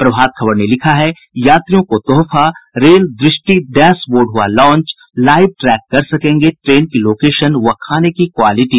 प्रभात खबर ने लिखा है यात्रियों को तोहफा रेल दृष्टि डैशबोर्ड हुआ लांच लाइव ट्रैक कर सकेंगे ट्रेन की लोकेशन व खाने की क्वलिटी